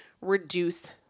reduce